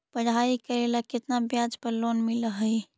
पढाई करेला केतना ब्याज पर लोन मिल हइ?